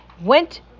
went